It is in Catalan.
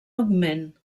augment